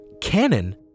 canon